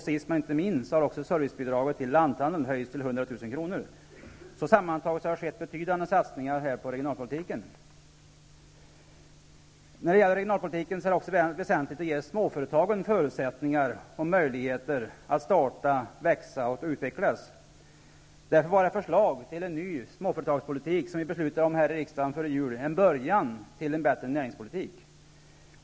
Sist men inte minst har servicebidraget till lanthandeln höjts till 100 000 kr. Sammantaget har det gjorts betydande satsningar i regionalpolitiken. När det gäller regionalpolitik är det väsentligt att ge småföretag förutsättningar att starta, växa och utvecklas. De förslag till en ny småföretagarpolitik som vi tog ställning till i riksdagen före jul var en början till en bättre näringspolitik.